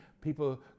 people